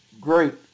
great